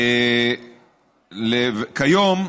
כיום,